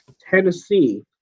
Tennessee